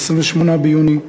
28 ביוני,